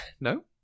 no